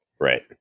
Right